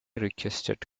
requested